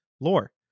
lore